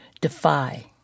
defy